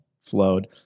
flowed